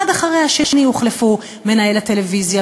בזה אחר זה הוחלפו מנהל הטלוויזיה,